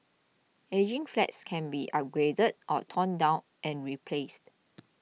ageing flats can be upgraded or torn down and replaced